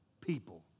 People